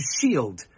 shield